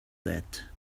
that